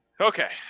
Okay